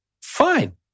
Fine